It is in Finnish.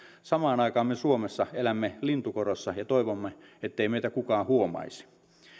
samaan aikaan me suomessa elämme lintukodossa ja toivomme ettei meitä kukaan huomaisi